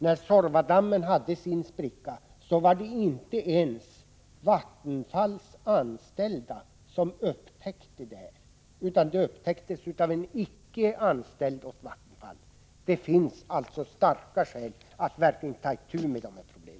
När Suorvadammen hade sin spricka var det inte ens Vattenfalls anställda som upptäckte den, utan det gjordes av en person som icke var anställd av Vattenfall. Det finns således starka skäl att verkligen ta itu med dessa problem.